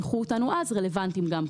אני יכול להגיד שרובם לא יודעים.